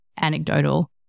anecdotal